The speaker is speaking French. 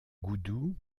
goudou